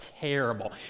terrible